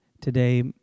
today